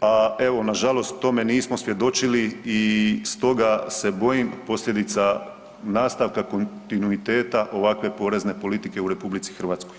a evo, nažalost tome nismo svjedočili i stoga se bojim posljedica nastavka, kontinuiteta ovakve porezne politike u RH.